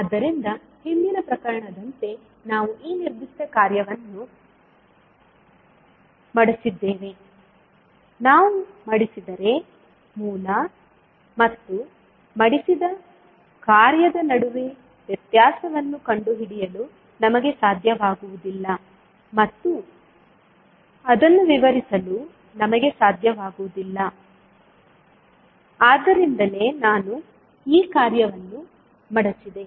ಆದ್ದರಿಂದ ಹಿಂದಿನ ಪ್ರಕರಣದಂತೆ ನಾವು ಈ ನಿರ್ದಿಷ್ಟ ಕಾರ್ಯವನ್ನು ಮಡಚಿದ್ದೇವೆ ನಾವು ಮಡಿಸಿದರೆ ಮೂಲ ಮತ್ತು ಮಡಿಸಿದ ಕಾರ್ಯದ ನಡುವೆ ವ್ಯತ್ಯಾಸವನ್ನು ಕಂಡುಹಿಡಿಯಲು ನಮಗೆ ಸಾಧ್ಯವಾಗುವುದಿಲ್ಲ ಮತ್ತು ಅದನ್ನು ವಿವರಿಸಲು ನಮಗೆ ಸಾಧ್ಯವಾಗುವುದಿಲ್ಲ ಆದ್ದರಿಂದಲೇ ನಾನು ಈ ಕಾರ್ಯವನ್ನು ಮಡಚಿದೆ